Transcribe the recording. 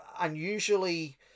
unusually